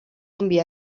enviar